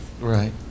right